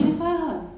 why